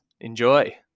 Enjoy